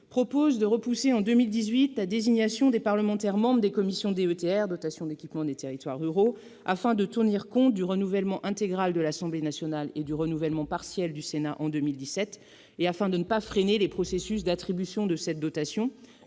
tend à repousser en 2018 la désignation des parlementaires membres des commissions DETR- dotation d'équipement des territoires ruraux -afin de tenir compte du renouvellement intégral de l'Assemblée nationale et du renouvellement partiel du Sénat en 2017 et de ne pas freiner les processus d'attribution de cette dotation,